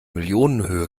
millionenhöhe